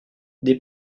des